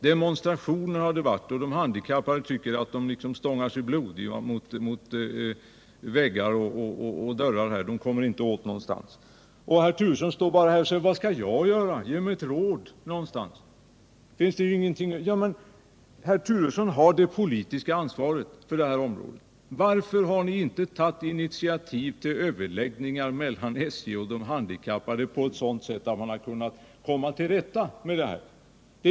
Det har förekommit demonstrationer, och de handikappade tycker att de har stångat sig blodiga mot väggar och dörrar utan att komma någon vart. Men herr Turesson står bara här och säger: Vad skall jag göra? Ge mig ett råd! Det är herr Turesson som har det politiska ansvaret för det här området. Varför har ni inte tagit initiativ till överläggningar mellan SJ och de handikappade för att försöka komma till rätta med detta problem?